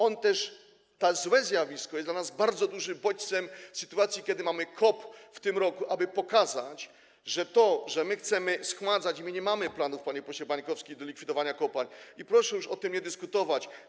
On też - to złe zjawisko - jest dla nas bardzo dużym bodźcem, w sytuacji kiedy mamy w tym roku COP, aby pokazać, że my chcemy schładzać i my nie mamy planów, panie pośle Bańkowski, likwidowania kopalń, i proszę już o tym nie dyskutować.